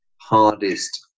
hardest